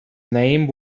name